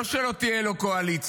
לא שלא תהיה לו קואליציה,